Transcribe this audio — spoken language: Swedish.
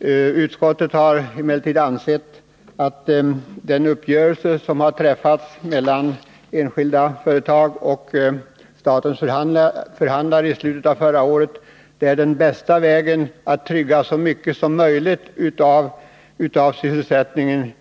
Utskottet har emellertid ansett att den uppgörelse som träffats mellan enskilda företag och statens förhandlare i slutet av förra året är den bästa vägen för att trygga så mycket som möjligt av sysselsättningen